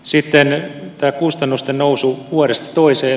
sitten tämä kustannusten nousu vuodesta toiseen